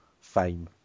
fame